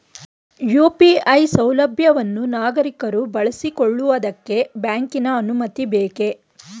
UPI ಸೌಲಭ್ಯವನ್ನು ನಾಗರಿಕರು ಬಳಸಿಕೊಳ್ಳುವುದಕ್ಕೆ ಬ್ಯಾಂಕಿನ ಅನುಮತಿ ಬೇಕೇ?